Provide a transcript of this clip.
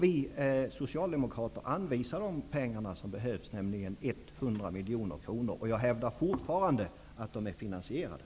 Vi socialdemokrater anvisar de pengar som behövs, nämligen 100 miljoner kronor. Jag hävdar fortfarande att våra förslag är finansierade.